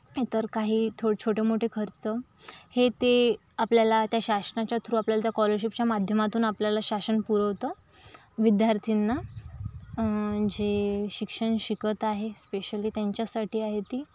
इतर काही थो छोटेमोठे खर्च हे ते आपल्याला त्या शासनाच्या थ्रू आपल्याला त्या स्कॉलरशिपच्या माध्यमातून आपल्याला शासन पुरवतं विद्यार्थींना जे शिक्षण शिकत आहे स्पेशली त्यांच्याचसाठी आहे ती